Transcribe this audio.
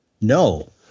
No